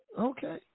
Okay